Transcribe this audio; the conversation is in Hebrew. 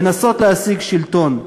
לנסות להשיג שלטון.